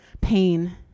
pain